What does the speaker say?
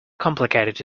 complicated